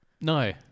No